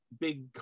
big